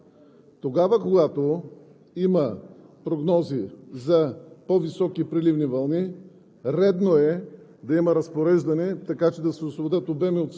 тя трябва да бъде изказана днес в контекста на настоящата ситуация. Тогава, когато има прогнози за по-високи преливни вълни,